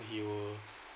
he will